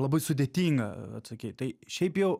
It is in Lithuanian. labai sudėtinga atsakyt tai šiaip jau